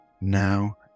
now